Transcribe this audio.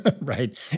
Right